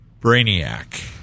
Brainiac